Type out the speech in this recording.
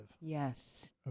Yes